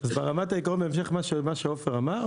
אז בהמשך למה שעופר אמר,